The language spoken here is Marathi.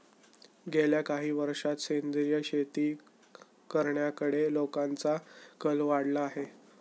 गेल्या काही वर्षांत सेंद्रिय शेती करण्याकडे लोकांचा कल वाढला आहे